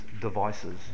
devices